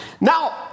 Now